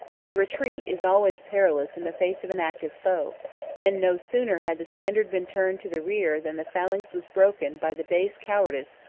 but a retreat is always perilous in the face of an active foe and no sooner had the standard been turned to the rear than the phalanx was broken by the base cowardice,